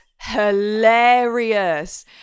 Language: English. hilarious